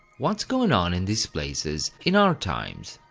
what's going on in these places in our times?